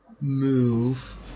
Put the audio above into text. move